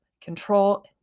control